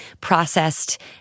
processed